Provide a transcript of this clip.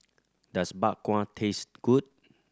does Bak Kwa taste good